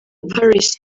paris